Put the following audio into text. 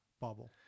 bubble